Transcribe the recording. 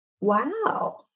wow